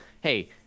hey